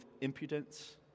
impudence